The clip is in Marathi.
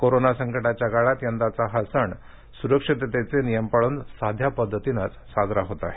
कोरोना संकटाच्या काळात यंदाचा हा सण सुरक्षिततेचे नियम पाळून साध्या पद्धतीनेच साजरा होत आहे